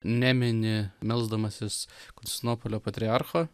nemini melsdamasis konstantinopolio patriarcho